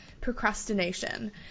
procrastination